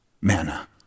manna